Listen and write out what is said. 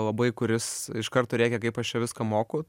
labai kuris iš karto rėkia kaip aš čia viską moku